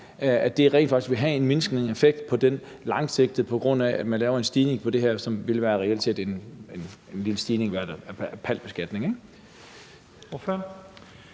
at det rent faktisk vil have en mindskende effekt på lang sigt, på grund af at man laver en stigning i det her, som reelt set er en lille stigning i PAL-beskatningen,